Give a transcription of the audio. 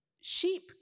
Sheep